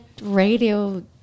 radio